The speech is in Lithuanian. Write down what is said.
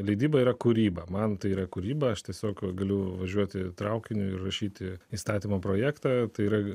leidyba yra kūryba man tai yra kūryba aš tiesiog galiu važiuoti traukiniu ir rašyti įstatymo projektą tai yra